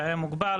שהיה מוגבל,